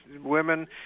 Women